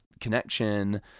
connection